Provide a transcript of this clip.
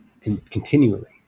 continually